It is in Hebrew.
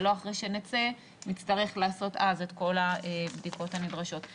ולא אחרי שנצא נצטרך לעשות אז את כל הבדיקות הנדרשות.